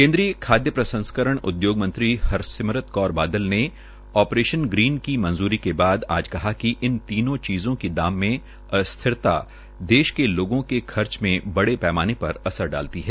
केन्द्रीय खाद्य प्रंसस्करण उद्योगमंत्री हरसिमरत कौर बादल ने आप्रेशन ग्रीन को मंजुरी के बाद कहा कि इन तीनों चीजों की दाम में अस्थिरता देश के लोगों के खर्च में बड़े पैमाने पर असर डालती है